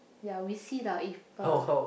ya we see lah if uh